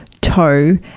toe